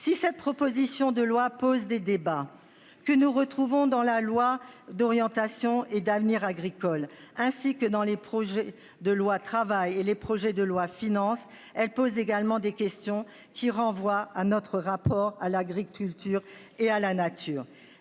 Si cette proposition de loi pose des débats que nous retrouvons dans la loi d'orientation et d'avenir agricole ainsi que dans les projets de loi travail et les projets de loi finances elle pose également des questions qui renvoient à notre rapport à l'agriculture et à la nature